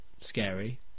scary